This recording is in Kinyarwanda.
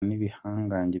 n’ibihangange